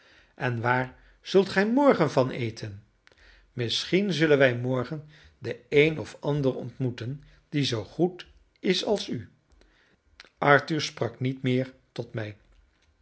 en waar zult gij morgen van eten misschien zullen wij morgen den een of ander ontmoeten die zoo goed is als u arthur sprak niet meer tot mij